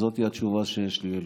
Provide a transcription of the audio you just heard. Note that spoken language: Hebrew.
וזו התשובה שיש לי אליכם.